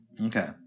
Okay